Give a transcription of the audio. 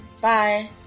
bye